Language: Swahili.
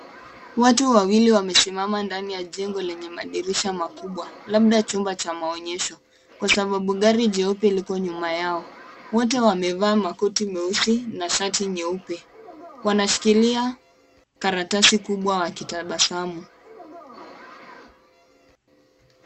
Watu wawili wamesimama ndani ya jengo lenye madirisha makubwa ,labda chumba cha maonyesho ,kwa sababu gari jeupe liko nyuma yao ,wote wamevaa makoti meusi na shati nyeupe ,wameshikilia karatasi kubwa wakitabasamu.